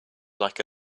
like